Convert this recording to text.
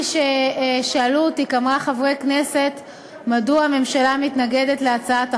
שאלו אותי כמה חברי כנסת מדוע הממשלה מתנגדת להצעת החוק.